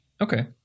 Okay